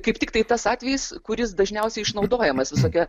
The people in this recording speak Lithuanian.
kaip tiktai tas atvejis kuris dažniausiai išnaudojamas visokie